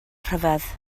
rhyfedd